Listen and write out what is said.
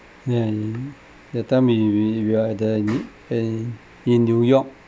ya ya that time we we are at the eh in new york